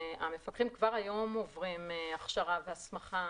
המפקחים כבר היום עוברים הכשרה והסמכה